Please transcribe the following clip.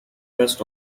west